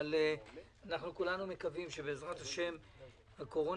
אבל כולנו מקווים שבעזרת השם הקורונה